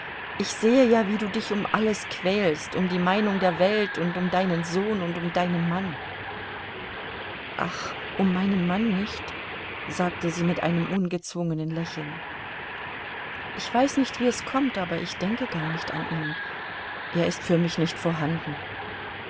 ich sehe ja wie du dich um alles quälst um die meinung der welt und um deinen sohn und um deinen mann ach um meinen mann nicht sagte sie mit einem ungezwungenen lächeln ich weiß nicht wie es kommt aber ich denke gar nicht an ihn er ist für mich nicht vorhanden